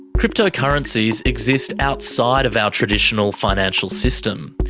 cryptocurrencies exist outside of our traditional financial system.